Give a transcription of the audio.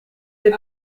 des